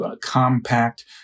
compact